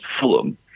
Fulham